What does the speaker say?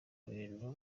bintu